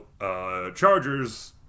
chargers